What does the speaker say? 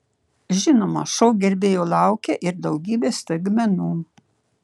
žinoma šou gerbėjų laukia ir daugybė staigmenų